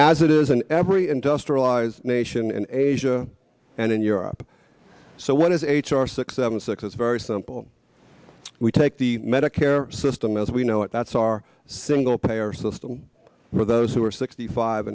as it is in every industrialized nation in asia and in europe so what is h r six seven six is very simple we take the medicare system as we know it that's our single payer system for those who are sixty five